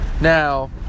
Now